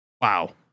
Wow